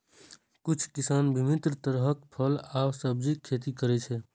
किछु किसान विभिन्न तरहक फल आ सब्जीक खेती करै छै